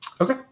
Okay